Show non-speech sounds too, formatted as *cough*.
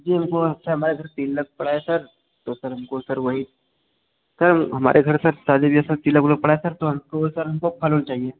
जी हम को *unintelligible* तिलक पड़ा है सर तो सर हम को सर वही सर हमारे घर में पहले भी ऐसा तिलक उलक पड़ा है सर तो हम को सर हम को फल उल चाहिए